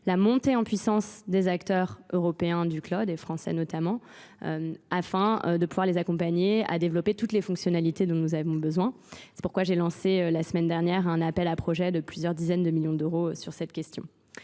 la montée en puissance des acteurs européens du cloud et français notamment afin de pouvoir les accompagner à développer toutes les fonctionnalités dont nous avons besoin. C'est pourquoi j'ai lancé la semaine dernière un appel à projets de plusieurs dizaines de millions d'euros sur cette question.